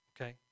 Okay